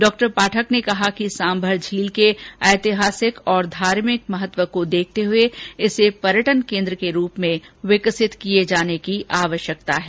डॉ पाठक ने कहा कि सांभर झील के ऐतिहासिक और धार्मिक महत्व को देखते हुए इसे पर्यटन केन्द्र के रुप में भी विकसित किए जाने की आवष्यकता है